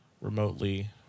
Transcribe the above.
remotely